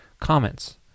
comments